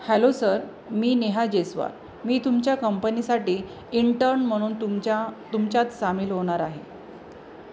hello sir मी नेहा जैस्वाल मी तुमच्या कंपनीसाठी इंटर्न म्हणून तुमच्या तुमच्यात सामील होणार आहे